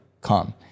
come